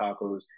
tacos